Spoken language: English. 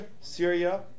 Syria